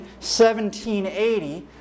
1780